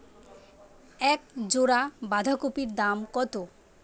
এক জোড়া বাঁধাকপির দাম কত?